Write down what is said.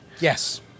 Yes